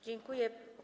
Dziękuję.